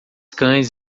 cães